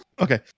Okay